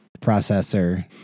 processor